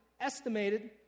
estimated